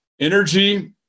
Energy